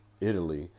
Italy